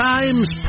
Times